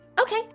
Okay